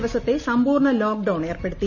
ദിവസത്തെ സമ്പൂർണ്ണ ലോക്ഡൌൺ ഏർപ്പെടുത്തി